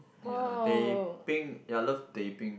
ya teh-peng ya I love teh-peng